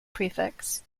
prefix